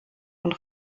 und